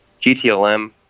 GTLM